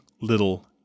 little